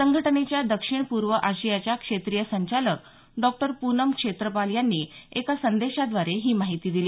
संघटनेच्या दक्षिण पूर्व आशियाच्या क्षेत्रीय संचालक डॉ पूनम क्षेत्रपाल यांनी एका संदेशाद्वारे ही माहिती दिली